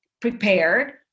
prepared